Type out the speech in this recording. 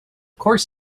course